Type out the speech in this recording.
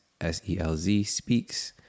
S-E-L-Z-Speaks